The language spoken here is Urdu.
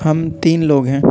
ہم تین لوگ ہیں